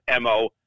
MO